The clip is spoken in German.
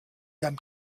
werden